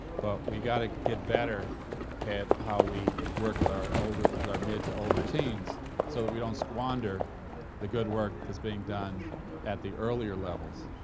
but we got to get better at how we work with our older with our mid-to-older teens so that we don't squander the good work that's being done at the earlier levels